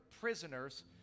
prisoners